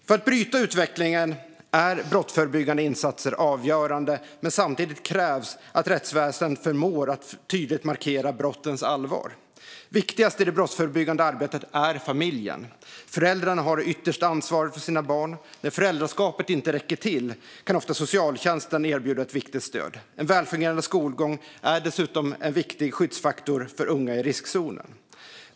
För att bryta utvecklingen är brottsförebyggande insatser avgörande, men samtidigt krävs att rättsväsendet förmår att tydligt markera brottens allvar. Viktigast i det brottsförebyggande arbetet är familjen. Föräldrarna har det yttersta ansvaret för sina barn. När föräldraskapet inte räcker till kan ofta socialtjänsten erbjuda ett viktigt stöd. En välfungerande skolgång är dessutom en viktig skyddsfaktor för unga i riskzonen.